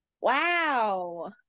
Wow